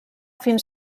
fins